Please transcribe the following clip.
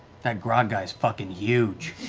that grog guy's fuckin' huge.